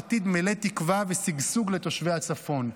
עתיד מלא תקווה ושגשוג לתושבי הצפון.